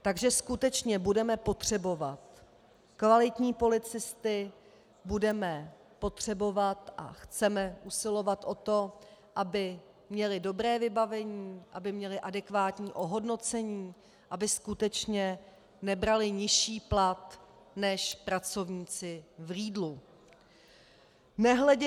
Takže skutečně budeme potřebovat kvalitní policisty, budeme potřebovat a chceme usilovat o to, aby měli dobré vybavení, aby měli adekvátní ohodnocení, aby skutečně nebrali nižší plat než pracovníci v Lidlu.